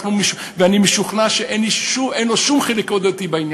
אני משוכנע שאין לו שום חלק בעניין,